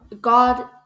god